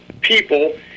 people